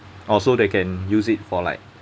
oh so they can use it for like